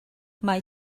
mae